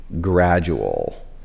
gradual